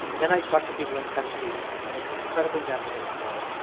then i talk to people in tennessee, and it's incredibly gendered in that way.